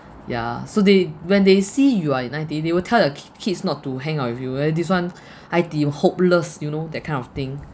ya so they when they see you are in I_T_E they will tell their ki~ kids not to hang out with you eh this one I_T_E hopeless you know that kind of thing